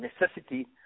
necessity